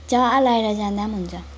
जहाँ लाएर जाँदा पनि हुन्छ